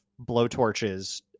blowtorches